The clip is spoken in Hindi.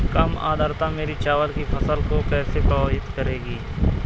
कम आर्द्रता मेरी चावल की फसल को कैसे प्रभावित करेगी?